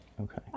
Okay